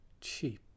cheap